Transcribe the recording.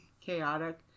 chaotic